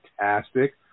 fantastic